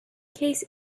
case